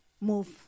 move